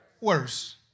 worse